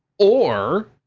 or,